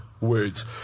words